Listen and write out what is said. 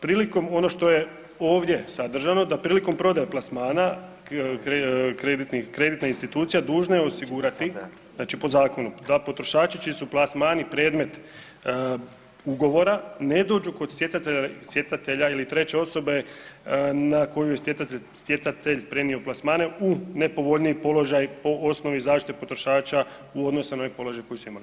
Prilikom, ono što je ovdje sadržano, da prilikom prodaje plasmana kreditna institucija dužna je osigurati, znači po zakonu, da potrošači čiji su plasmani predmet ugovora ne dođu kod stjecatelja ili treće osobe na koju je stjecatelj prenio plasmane u nepovoljniji položaj po osnovi zaštite potrošača u odnosu na onaj položaj koji su imali.